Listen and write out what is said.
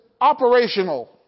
operational